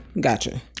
Gotcha